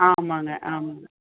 ஆமாங்க ஆமாங்க